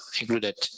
included